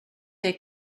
der